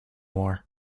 war